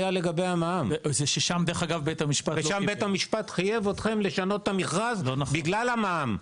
בית המשפט חייב אתכם לשנות את המכרז בגלל המע"מ.